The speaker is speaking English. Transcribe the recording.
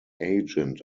agent